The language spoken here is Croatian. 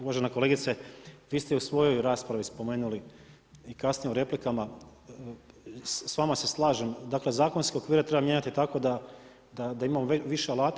Uvažena kolegice, vi ste i u svojoj raspravi spomenuli i kasnije u replikama, sa vama se slažem dakle zakonske okvire treba mijenjati tako da imamo više alata.